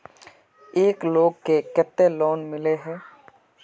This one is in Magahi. एक लोग को केते लोन मिले है?